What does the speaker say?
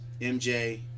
MJ